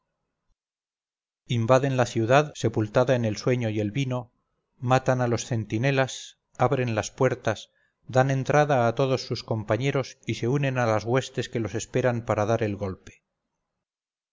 invaden la ciudad sepultada en el sueño y el vino matan a los centinelas abren las puertas dan entrada a todos sus compañeros y se unen a las huestes que los esperan para dar el golpe